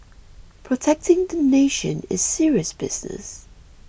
protecting the nation is serious business